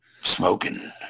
smoking